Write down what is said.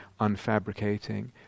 unfabricating